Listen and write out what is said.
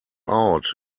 out